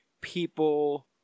people